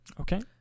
Okay